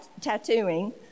tattooing